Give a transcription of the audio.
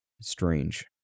Strange